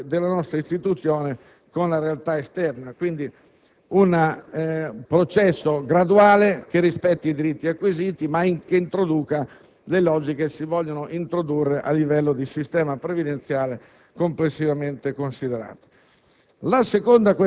della nostra istituzione alla realtà esterna attraverso un processo graduale che rispetti i diritti acquisiti ma che, al contempo, introduca le logiche che si vogliono inserire a livello di sistema previdenziale complessivamente considerato.